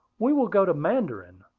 we will go to mandarin.